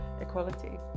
equality